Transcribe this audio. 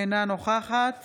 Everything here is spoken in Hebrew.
אינה נוכחת